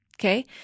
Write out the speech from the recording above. Okay